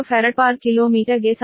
0242log DeqDs